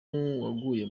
waguye